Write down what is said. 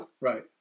Right